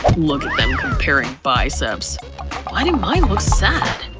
look at them comparing biceps. why do mine look sad?